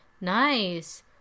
Nice